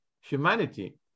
humanity